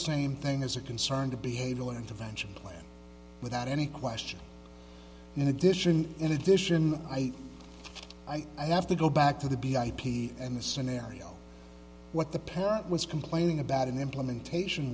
same thing is a concern to behavioral intervention plan without any question in addition in addition i i i have to go back to the b i p and the scenario what the parent was complaining about in implementation